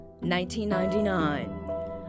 1999